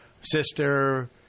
sister